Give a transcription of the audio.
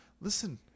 listen